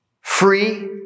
free